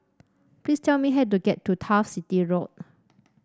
please tell me how to get to Turf City Road